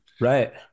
right